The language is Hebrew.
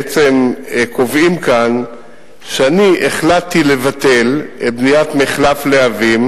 בעצם קובעים כאן שאני החלטתי לבטל את בניית מחלף להבים.